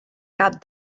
cap